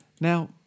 Now